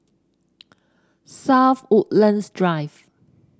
South Woodlands Drive